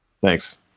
Thanks